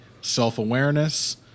self-awareness